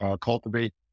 cultivate